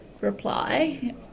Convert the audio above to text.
reply